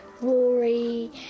Rory